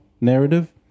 narrative